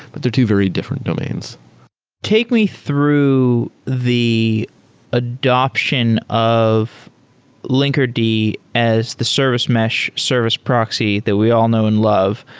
but they're two very different domains take me through the adoption of linkerd as the service mesh, service proxy that we all know and love,